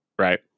right